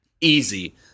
Easy